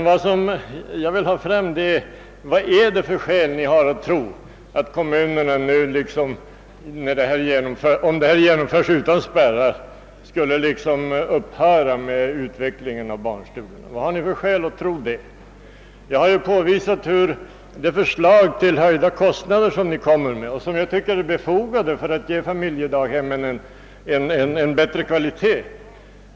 Vad jag vill ha reda på är vilka skäl ni har att tro att kommunerna, om detta genomföres utan spärrar, skulle upphöra med utveckling av barnstugorna. Jag tycker det förslag till höjda kostnader som ni framlägger är befogat, eftersom det skulle medföra att familjedaghemmen fick en bättre kvalitet.